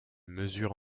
mesure